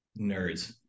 nerds